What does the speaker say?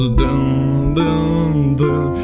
dun-dun-dun